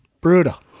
Brutal